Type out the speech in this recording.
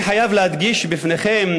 אני חייב להדגיש בפניכם,